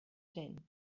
cent